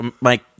Mike